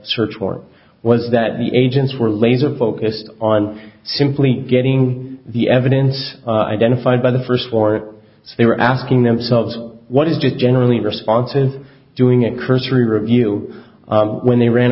search warrant was that the agents were laser focused on simply getting the evidence identified by the first floor so they were asking themselves what is just generally responses doing a cursory review when they ran